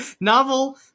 novel